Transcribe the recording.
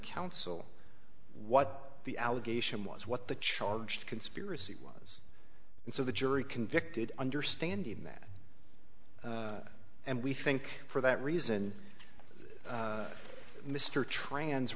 counsel what the allegation was what the charge conspiracy was and so the jury convicted understanding that and we think for that reason mr trans